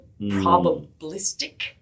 probabilistic